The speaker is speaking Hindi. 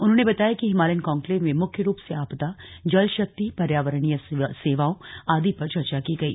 उन्होंने बताया कि हिमालयन कान्क्लेव में मुख्य रूप से आपदा जल शक्ति पर्यावरणीय सेवाओं आदि पर चर्चा की गई